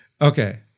Okay